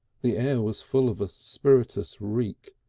the air was full of a spirituous reek,